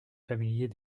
familier